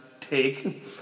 take